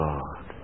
God